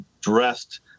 dressed